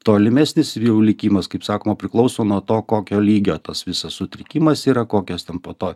tolimesnis jau likimas kaip sakoma priklauso nuo to kokio lygio tas visas sutrikimas yra kokias ten po to